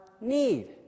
need